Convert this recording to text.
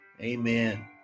Amen